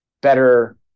better